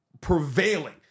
prevailing